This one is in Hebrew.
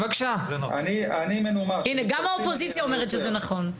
גם האופוזיציה אומרת שזה נכון.